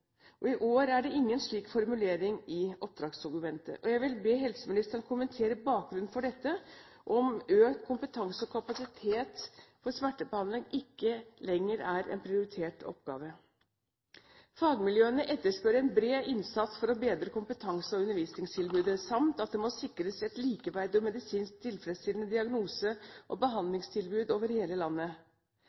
I år er det ingen slik formulering i oppdragsdokumentene. Jeg vil be helseministeren kommentere bakgrunnen for dette og spørre om økt kompetanse og økt kapasitet i smertebehandling ikke lenger er en prioritert oppgave. Fagmiljøene etterspør en bred innsats for å bedre kompetansen og undervisningstilbudet og at man må sikre et likeverdig og medisinsk tilfredsstillende diagnose- og behandlingstilbud over hele landet.